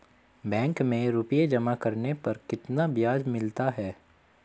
Bank में रुपये जमा करने पर कितना ब्याज मिलता है?